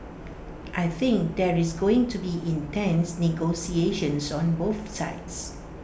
I think there is going to be intense negotiations on both sides